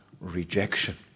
rejection